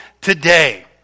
today